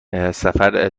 سفر